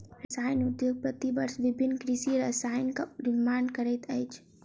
रसायन उद्योग प्रति वर्ष विभिन्न कृषि रसायनक निर्माण करैत अछि